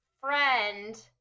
friend